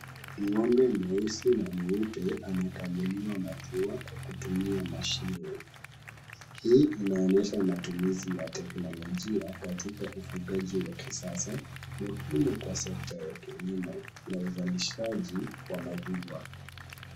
Ng'ombe mweusi na mweupe anakamuliwa maziwa kwa kutumia mashine. Hii inaonyesha matumizi ya teknolojia katika ufugaji wa kisasa, muhimu kwa sekta ya kilimo na uzalishaji wa maziwa.